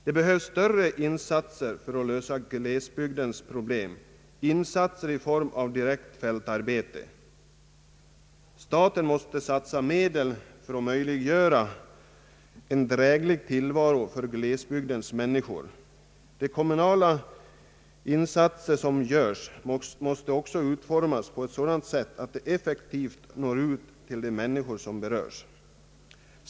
Det behövs större insatser för att lösa glesbygdens problem — insatser i form av direkt fältarbete. Staten måste satsa medel för att möjliggöra en dräglig tillvaro för glesbygdens människor. De kommunala insatserna måste också utformas så att de effektivt når ut till de människor som berörs.